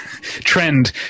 trend